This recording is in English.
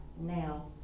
now